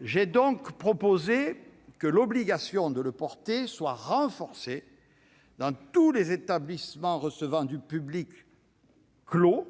J'ai donc proposé que l'obligation de le porter soit renforcée dans tous les établissements recevant du public clos,